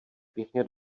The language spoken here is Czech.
pěkně